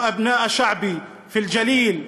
אנשיי ובני עמי בגליל,